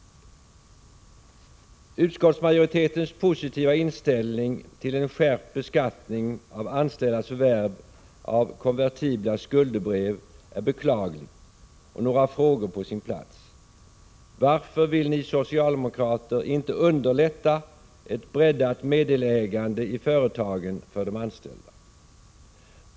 Utskottsmajoritetens positiva inställning till en skärpt beskattning av anställdas förvärv av konvertibla skuldebrev är beklaglig och några frågor är på sin plats. Varför vill ni socialdemokrater inte underlätta ett breddat meddelägande i företagen för de anställda?